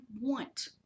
want